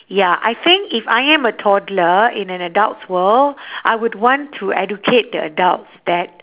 ya I think if I am a toddler in an adult's world I would want to educate the adults that